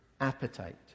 appetite